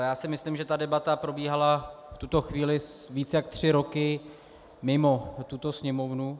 Já si myslím, že debata probíhala v tuto chvíli více jak tři roky mimo tuto Sněmovnu.